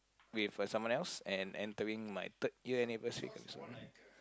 with a someone else and entering my third year anniversary